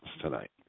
tonight